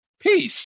Peace